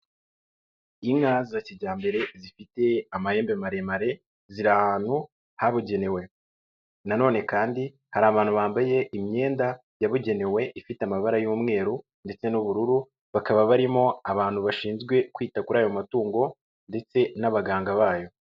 Inka za kijyambere zifite amahembe maremare, ziri ahantu habugenewe, na none kandi hari abantu bambaye imyenda yabugenewe, ifite amabara y'umweru ndetse n'ubururu bakaba barimo abantu bashinzwe kwita kuri ayo matungo ndetse n'abaganga bayo.